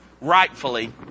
rightfully